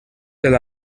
del